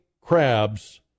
crabs